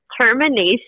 Termination